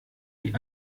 die